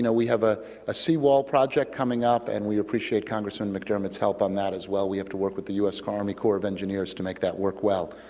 we have ah a seawall project coming up, and we appreciate congressman mcdermott's help on that as well. we have to work with the u s. army corps of engineers to make that work well.